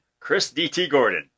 chrisdtgordon